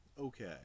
okay